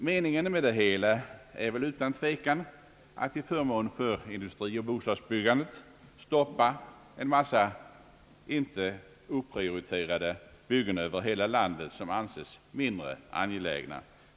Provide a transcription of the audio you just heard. Meningen med det hela är utan tvekan att till förmån för industrioch bostadsbyggandet stoppa en massa inte oprioriterade byggen över hela landet, som anses mindre angelägna.